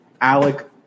Alec